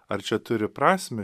ar čia turi prasmę